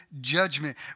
judgment